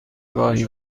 گاهی